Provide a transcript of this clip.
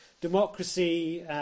democracy